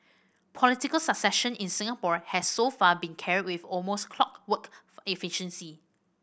political succession in Singapore has so far been carried almost clockwork efficiency